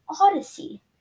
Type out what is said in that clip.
Odyssey